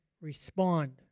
respond